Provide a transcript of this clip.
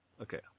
Okay